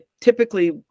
typically